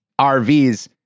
RVs